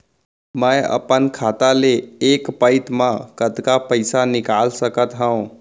मैं अपन खाता ले एक पइत मा कतका पइसा निकाल सकत हव?